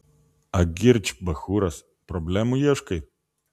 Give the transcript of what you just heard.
agirdž bachūras problemų ieškai